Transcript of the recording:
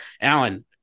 Alan